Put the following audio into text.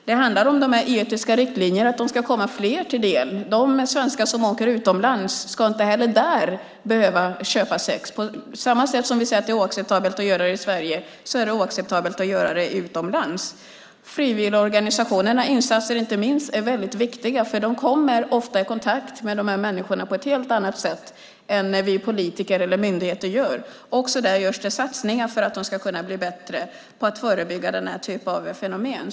Det handlar om de etiska riktlinjerna och att de ska komma fler till del. De svenskar som åker utomlands ska inte heller där köpa sex. På samma sätt som vi säger att det är oacceptabelt att göra det i Sverige är det oacceptabelt att göra det utomlands. Inte minst frivilligorganisationernas insatser är viktiga, för de organisationerna kommer ofta i kontakt med de här människorna på ett helt annat sätt än vi politiker eller myndigheter gör. Också där görs det satsningar för att de ska kunna bli bättre på att förebygga den här typen av fenomen.